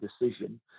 decision